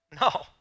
No